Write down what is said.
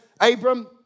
Abram